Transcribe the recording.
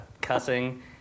cussing